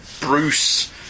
Bruce